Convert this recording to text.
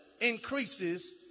increases